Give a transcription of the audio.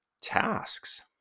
tasks